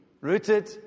Rooted